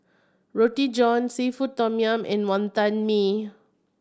Roti John seafood tom yum and Wantan Mee